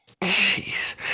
jeez